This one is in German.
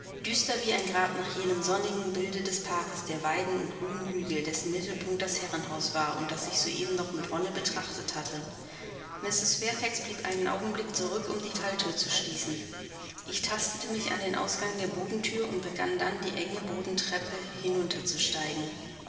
düster wie ein grab nach jenem sonnigen bilde des parkes der weiden und grünen hügel dessen mittelpunkt das herrenhaus war und das ich soeben noch mit wonne betrachtet hatte mrs fairfax blieb einen augenblick zurück um die fallthür zu schließen ich tastete mich an den ausgang der bodenthür und begann dann die enge bodentreppe hinunter zu